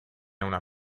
una